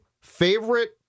favorite